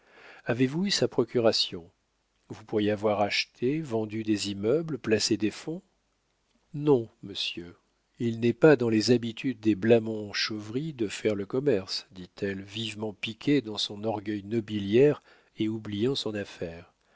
avez-vous eu sa procuration vous pourriez avoir acheté vendu des immeubles placé des fonds non monsieur il n'est pas dans les habitudes des blamont-chauvry de faire le commerce dit-elle vivement piquée dans son orgueil nobiliaire et oubliant son affaire